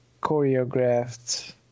choreographed